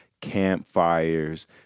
campfires